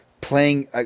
playing